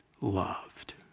loved